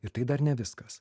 ir tai dar ne viskas